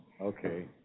Okay